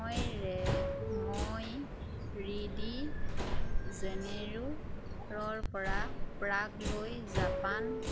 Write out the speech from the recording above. মই ৰে মই ৰিঅ'ডি জেনেইৰোৰ পৰা প্ৰাগলৈ জাপান